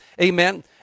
Amen